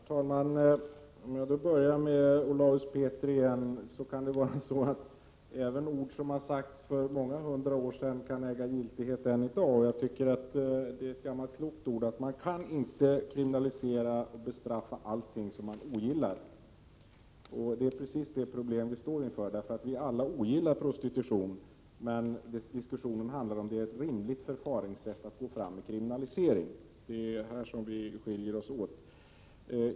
Herr talman! Jag börjar med Olaus Petri igen. Även ord som har sagts för många hundra år sedan kan äga giltighet än i dag. Jag tycker att det är ett gammalt klokt ord. Man kan inte kriminalisera och bestraffa allting som man ogillar. Det är precis det problemet vi står inför. Vi ogillar alla prostitution, men det diskussionen handlar om är ett rimligt förfaringssätt för kriminalisering. Det är här våra uppfattningar skiljer sig åt.